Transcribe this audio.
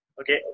Okay